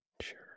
sure